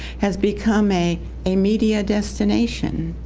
has become a a media destination.